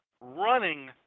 running